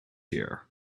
here